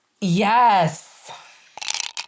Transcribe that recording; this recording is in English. Yes